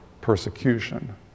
Persecution